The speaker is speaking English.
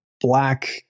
black